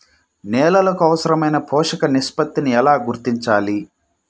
నేలలకు అవసరాలైన పోషక నిష్పత్తిని ఎలా గుర్తించాలి?